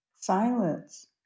Silence